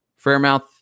Fairmouth